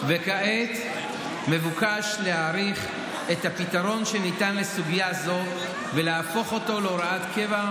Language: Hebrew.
וכעת מבוקש להאריך את הפתרון שניתן לסוגיה זו ולהפוך אותו להוראת קבע,